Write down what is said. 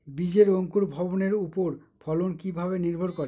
বীজের অঙ্কুর ভবনের ওপর ফলন কিভাবে নির্ভর করে?